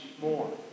more